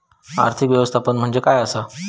आर्थिक व्यवस्थापन म्हणजे काय असा?